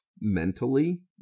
mentally